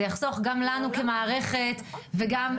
זה יחסוך גם לנו כמערכת וכחברה.